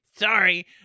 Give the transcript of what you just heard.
Sorry